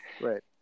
right